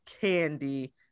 candy